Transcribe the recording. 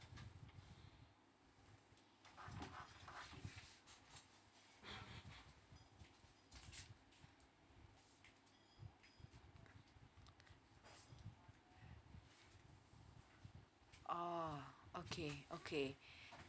oh okay okay